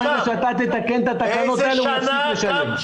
שאתה תתקן את התקנות הוא יפסיק לשלם.